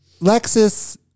Lexus